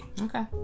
Okay